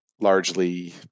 largely